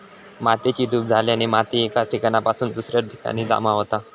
मातेची धूप झाल्याने माती एका ठिकाणासून दुसऱ्या ठिकाणी जमा होता